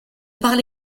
parle